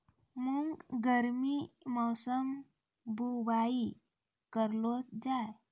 मूंग गर्मी मौसम बुवाई करलो जा?